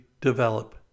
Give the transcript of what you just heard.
develop